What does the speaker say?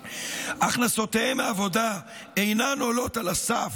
הכנסותיהם מעבודה אינן עולות על הסף